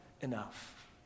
enough